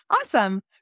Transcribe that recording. Awesome